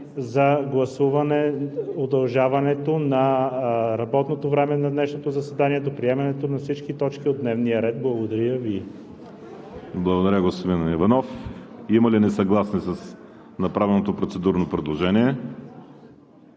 за гласуване удължаване на работното време на днешното заседание до приемането на всички точки от дневния ред. Благодаря Ви. ПРЕДСЕДАТЕЛ ВАЛЕРИ СИМЕОНОВ: Благодаря, господин Иванов. Има ли несъгласни с направеното процедурно предложение?